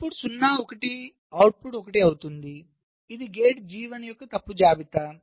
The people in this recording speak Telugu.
ఇన్పుట్ 0 1 అవుట్పుట్ 1 అవుతుంది ఇది గేట్ G1 యొక్క తప్పు జాబితా